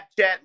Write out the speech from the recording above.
Snapchat